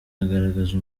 agaragaza